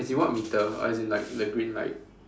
as in what meter as in like the green light